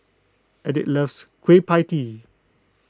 Enid loves Kueh Pie Tee